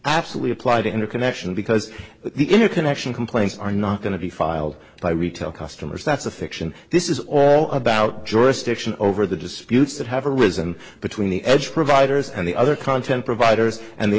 absolutely applied interconnection because the interconnection complaints are not going to be filed by retail customers that's a fiction this is all about jurisdiction over the disputes that have arisen between the edge providers and the other content providers and the